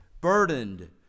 burdened